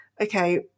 okay